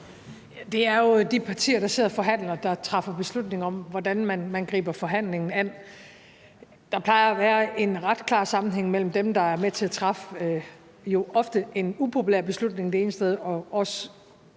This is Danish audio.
Det er jo de partier, der sidder og forhandler, der træffer beslutning om, hvordan man griber forhandlingen an. Der plejer at være en ret klar sammenhæng mellem dem, der er med til at træffe jo ofte en upopulær beslutning, og dem, der så